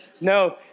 no